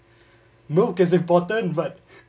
milk is important but